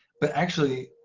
but actually,